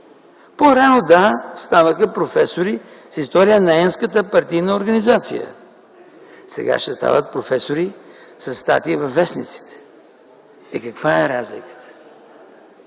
По-рано – да, ставаха професори с историята на N-ската партийна организация. Сега ще стават професори със статии във вестниците. Е, каква е разликата?!